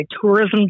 Tourism